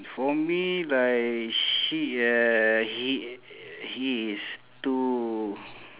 for me like she uh he he is too